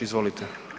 Izvolite.